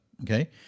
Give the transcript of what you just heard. Okay